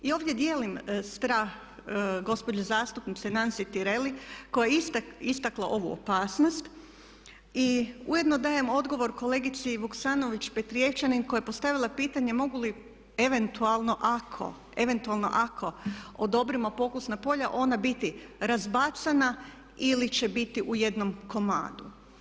Ja ovdje dijelim strah gospođe zastupnice Nansi Tireli koja je istakla ovu opasnost i ujedno dajem odgovor kolegici Vuksanović- Petrijevčanin koja je postavila pitanje mogu li eventualno ako odobrimo pokusna polja ona biti razbacana ili će biti u jednom komadu.